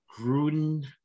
Gruden